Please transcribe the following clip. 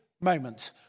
moment